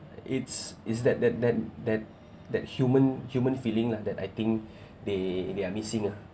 it's is that that that that that human human feeling lah that I think they are missing ah